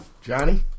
Johnny